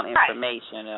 information